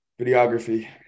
videography